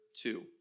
two